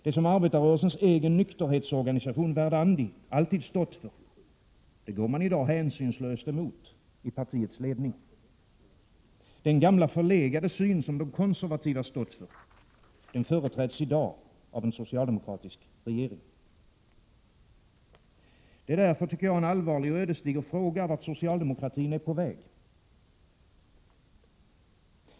Det som arbetarrörelsens egen nykterhetsorganisation Verdandi alltid stått för, det går man i dag hänsynslöst emot i partiets ledning. Den gamla förlegade syn som de konservativa stått för, den företräds i dag av en socialdemokratisk regering. Det är därför, tycker jag, en allvarlig och ödesdiger fråga vart socialdemokratin är på väg.